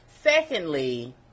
Secondly